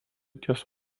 ties